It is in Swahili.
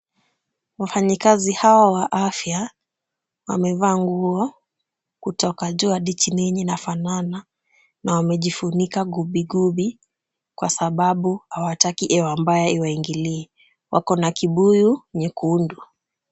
Wafanyikazi hawa wa afya wamevaa nguo kutoka juu hadi chini yenye inafanana na wamejifunika gubigubi kwa sababu hawataki hewa mbaya iwaingilie. Wako na kibuyu nyekundu.